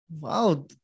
Wow